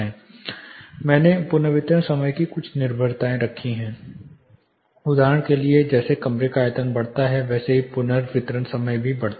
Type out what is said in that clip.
मैंने पुनर्वितरण समय की कुछ निर्भरताएं रखी हैं उदाहरण के लिए जैसे कमरे का आयतन बढ़ता है वैसे ही पुनर्वितरण समय भी बढ़ता है